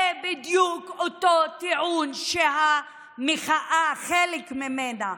זה בדיוק אותו טיעון שהמחאה, חלק ממנה,